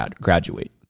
graduate